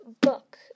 book